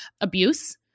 abuse